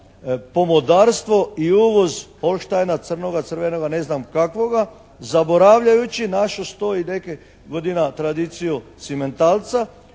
/Govornik se ne razumije./ crnoga, crvenoga, ne znam kakvoga, zaboravljajući našu 100 i nekaj godina tradiciju simentalca